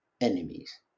enemies